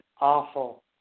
awful